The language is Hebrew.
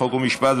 חוק ומשפט.